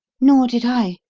nor did i,